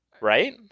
Right